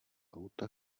auta